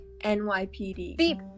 NYPD